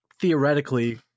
theoretically